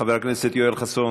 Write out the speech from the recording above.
חבר הכנסת יואל חסון,